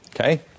okay